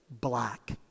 black